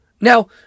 Now